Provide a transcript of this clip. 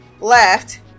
left